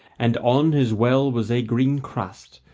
and on his well was a green crust,